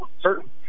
certain